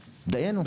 דיינו.